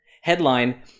Headline